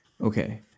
Okay